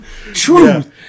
Truth